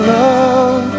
love